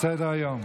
בסדר-היום,